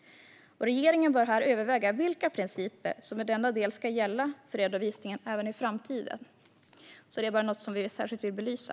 Regeringen bör här överväga vilka principer som ska gälla i denna del för redovisningen även i framtiden. Det är något som vi särskilt vill belysa.